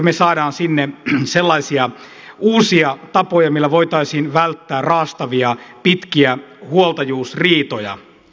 me saamme sinne sellaisia uusia tapoja joilla voitaisiin välttää raastavia pitkiä huoltajuusriitoja